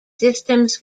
systems